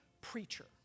preacher